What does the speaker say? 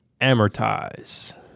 amortize